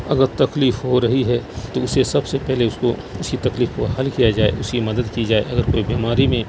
اگر تکلیف ہو رہی ہے تو اسے سب سے پہلے اس کو اس کی تکلیف کو حل کیا جائے اس کی مدد کی جائے اگر کوئی بیماری میں